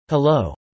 Hello